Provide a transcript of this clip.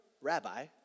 rabbi